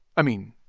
i mean,